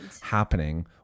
happening